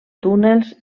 túnels